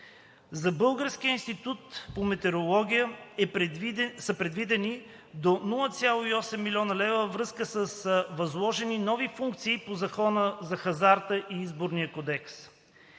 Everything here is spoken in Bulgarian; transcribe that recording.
За Българския институт по метрология са предвидени до 0,8 млн. лв. във връзка с възложените нови функции по Закона за хазарта и Изборния кодекс.